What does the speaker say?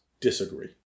Disagree